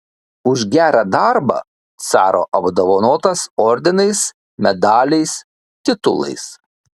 už gerą darbą caro apdovanotas ordinais medaliais titulais